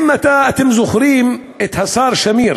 אם אתם זוכרים את השר שמיר